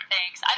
Thanks